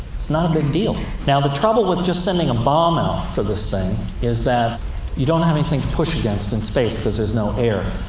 it's not a big deal. now, the trouble with just sending a bomb out for this thing is that you don't have anything to push against in space, because there's no air.